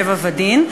טבע ודין".